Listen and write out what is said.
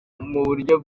muburyo